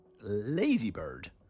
Ladybird